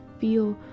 feel